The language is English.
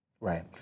Right